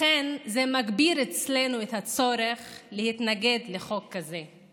לכן זה מגביר אצלנו את הצורך להתנגד לחוק הזה.